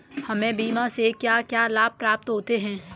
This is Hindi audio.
हमें बीमा से क्या क्या लाभ प्राप्त होते हैं?